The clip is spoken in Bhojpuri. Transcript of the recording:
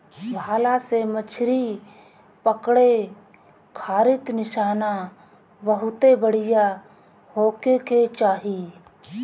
भाला से मछरी पकड़े खारित निशाना बहुते बढ़िया होखे के चाही